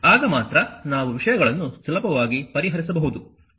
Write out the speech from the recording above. ಆಗ ಮಾತ್ರ ನಾವು ವಿಷಯಗಳನ್ನು ಸುಲಭವಾಗಿ ಪರಿಹರಿಸಬಹುದು